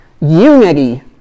Unity